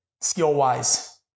skill-wise